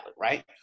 right